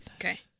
okay